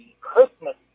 Christmas